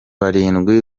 barindwi